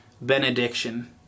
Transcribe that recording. benediction